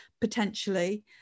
potentially